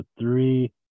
three